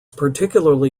particularly